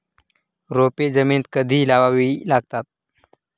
रोपे जमिनीत कधी लावावी लागतात?